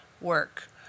work